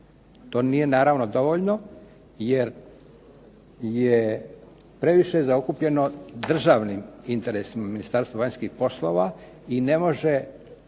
To nije naravno dovoljno jer je previše zaokupljeno državnim interesima Ministarstvo vanjskih poslova i ne može da